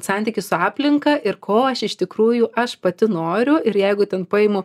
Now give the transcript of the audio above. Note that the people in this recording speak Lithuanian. santykį su aplinka ir ko aš iš tikrųjų aš pati noriu ir jeigu ten paimu